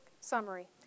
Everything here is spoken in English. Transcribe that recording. summary